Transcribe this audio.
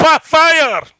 fire